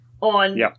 On